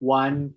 one